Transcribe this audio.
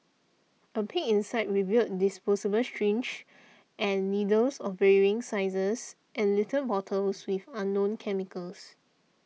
a peek inside revealed disposable syringes and needles of varying sizes and little bottles with unknown chemicals